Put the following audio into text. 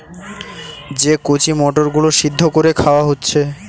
যে কচি মটর গুলো সিদ্ধ কোরে খাওয়া হচ্ছে